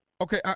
Okay